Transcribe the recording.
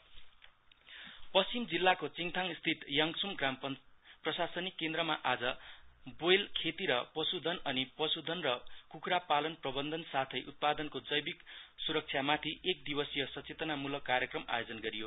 bio सेक्यरेटि पश्चिम जिल्लाको चिङथाङ स्थित याङसुम ग्राम प्रशासनिक केन्द्रमा आज ब्रोइलर खेति र पशुधन अनि पशुधन र कुखुरापालन प्रबन्धन साथै उत्पादनको जैविक सुरक्षामाथि एक दिवसिय सचेतनामूलक कार्यक्रम आयोजन गरियो